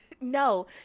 No